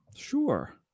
Sure